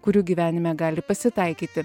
kurių gyvenime gali pasitaikyti